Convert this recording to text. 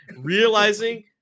realizing